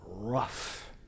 rough